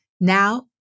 Now